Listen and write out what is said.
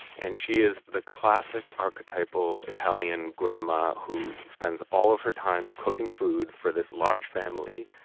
and she is the classic archetypal italian grandma who spends all of her time cooking food for this large family.